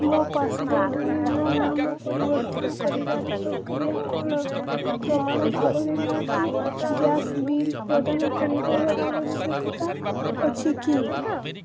ମୋ ପାସପୋର୍ଟ୍ରେ ମୋ ନାମ ପରିବର୍ତ୍ତନ କରିବାର ପ୍ରକ୍ରିୟା କ'ଣ ପ୍ରମାଣ ଭାବରେ ମୋତେ ଗ୍ୟାସ୍ ବିଲ୍ ପ୍ରଦାନ କରିବାର ଆବଶ୍ୟକତା ଅଛି କି